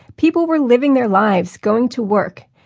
people were living their lives. going to work.